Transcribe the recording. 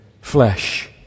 flesh